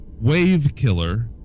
wave-killer